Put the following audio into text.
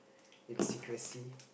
in secrecy